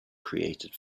created